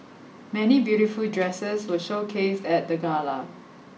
many beautiful dresses were showcased at the gala